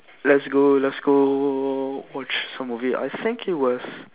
let's go let's go watch some movie I think it was